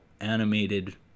animated